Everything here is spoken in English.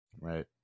Right